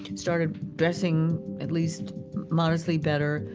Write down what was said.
started dressing at least modestly better,